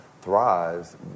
thrives